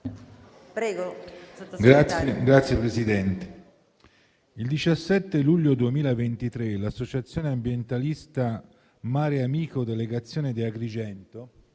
il 17 luglio 2023 l'associazione ambientalista Mareamico, delegazione di Agrigento,